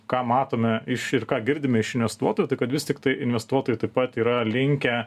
ką matome iš ir ką girdime iš investuotojų tai kad vis tiktai investuotojai taip pat yra linkę